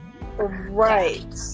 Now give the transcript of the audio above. right